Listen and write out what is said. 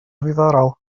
ddiddorol